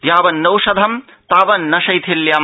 यावन्नौषधम् तावन्न शैथिल्यम्